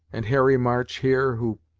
and harry march, here, who,